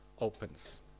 opens